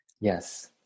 Yes